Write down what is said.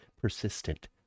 persistent